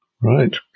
Right